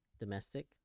domestic